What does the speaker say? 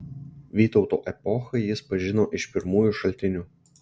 vytauto epochą jis pažino iš pirmųjų šaltinių